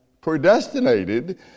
predestinated